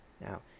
Now